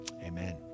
Amen